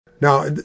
Now